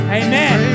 amen